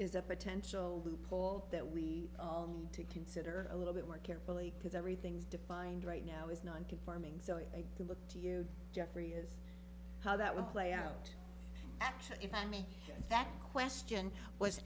a potential loophole that we all need to consider a little bit more carefully because everything's defined right now is nonconforming so it can look to you jeffrey is how that will play out actually funny that question was